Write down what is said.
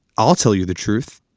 i'll tell you the truth.